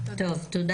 תודה